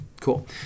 Cool